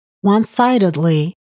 one-sidedly